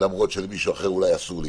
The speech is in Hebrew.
למרות שלמישהו אחר אולי אסור להיכנס.